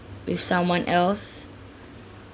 with someone else